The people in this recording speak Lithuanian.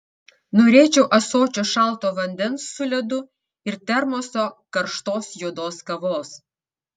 norėčiau ąsočio šalto vandens su ledu ir termoso karštos juodos kavos